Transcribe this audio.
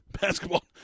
Basketball